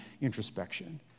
introspection